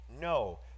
no